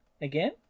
again